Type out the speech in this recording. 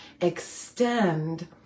extend